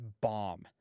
bomb